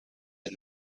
had